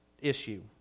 issue